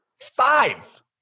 Five